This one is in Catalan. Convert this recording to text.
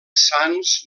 sants